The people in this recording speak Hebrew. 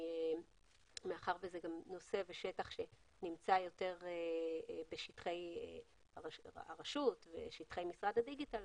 ומאחר וזה נושא ושטח שנמצא יותר בשטחי הרשות ובשטחי משרד הדיגיטל,